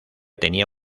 tenía